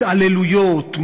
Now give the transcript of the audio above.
התעללויות,